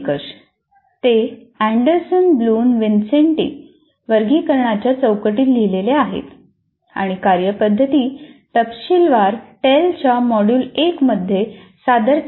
ते Anderson Bloom विन्सेन्टी वर्गीकरणाच्या चौकटीत लिहिलेले आहेत आणि कार्यपद्धती तपशीलवार टेलच्या मॉड्यूल 1 मध्ये सादर केल्या आहेत